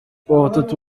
batatu